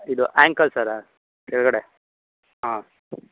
ಇದು ankle sir ಕೆಳಗಡೆ ಹಾಂ